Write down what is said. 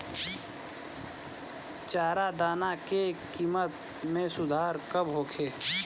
चारा दाना के किमत में सुधार कब होखे?